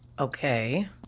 Okay